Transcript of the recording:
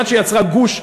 עד שיצרה גוש,